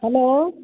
hello